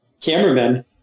cameraman